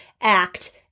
act